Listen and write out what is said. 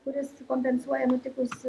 kuris kompensuoja nutikus